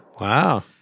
Wow